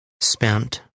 spent